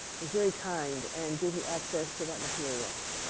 was very kind, and gave me access to that material.